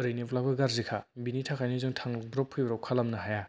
ओरैनोब्लाबो गाज्रिखा बिनि थाखायनो जों थांब्रब फैब्रब खालामनो हाया